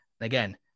Again